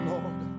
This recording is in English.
Lord